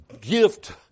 Gift